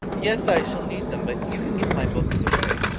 yes, i shall need them, but you can give my books away.